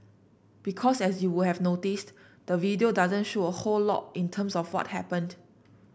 because as you would have noticed the video doesn't show a whole lot in terms of what happened